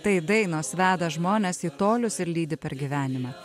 tai dainos veda žmones į tolius ir lydi per gyvenimą